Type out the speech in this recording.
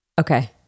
Okay